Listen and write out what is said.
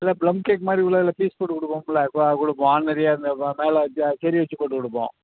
இல்லை plum cake மாதிரி உள்ளதில் பீஸ் போட்டுக் கொடுப்போம்ல இப்போ கொடுப்போம் ஆட்னரியாக அந்த வ மேலே ஜ செர்ரி வைச்சுப் போட்டுக் கொடுப்போம்